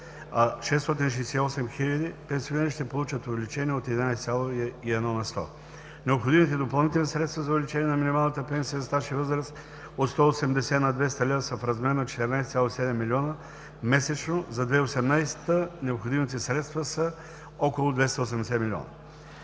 а 668 хиляди пенсионери ще получат увеличение от 11,1 на сто. Необходимите допълнителни средства за увеличение на минималната пенсия за стаж и възраст от 180 лв. на 200 лв. са в размер на 14,7 милиона месечно, а за 2018 г. необходимите средства са около 280 милиона.